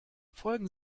folgen